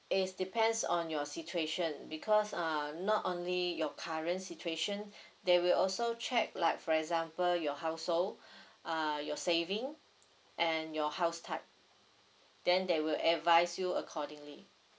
it's depends on your situation because uh not only your current situation they will also check like for example your household uh your saving and your house type then they will advise you accordingly